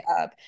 up